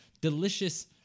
delicious